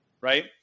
right